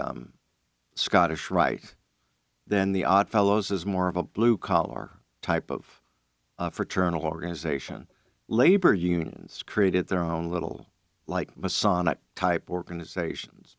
the scottish rite then the oddfellows is more of a blue collar type of fraternal organization labor unions created their own little light masonic type organizations